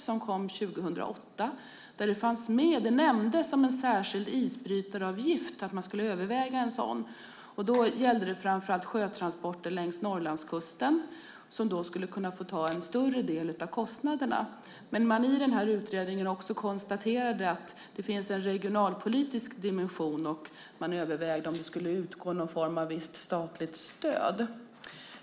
som kom 2008, där det nämndes att man överväger en särskild isbrytaravgift. Det gällde framför allt sjötransporter längs Norrlandskusten som då skulle kunna få ta en större del av kostnaderna. I utredningen konstaterade man att det fanns en regionalpolitisk dimension, och man övervägde om det skulle utgå någon form av visst statligt stöd.